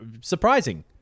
surprising